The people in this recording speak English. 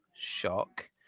Shock